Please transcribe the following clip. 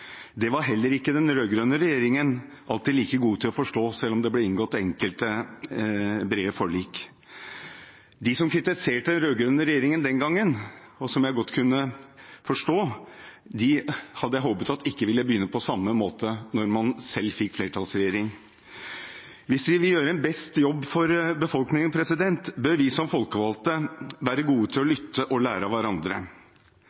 Det var heller ikke den rød-grønne regjeringen alltid like god til å forstå, selv om det ble inngått enkelte brede forlik. De som kritiserte den rød-grønne regjeringen den gangen – som jeg godt kunne forstå – hadde jeg håpet ikke ville begynne på samme måte når man selv fikk flertallsregjering. Hvis vi vil gjøre en best mulig jobb for befolkningen, bør vi som folkevalgte være gode til å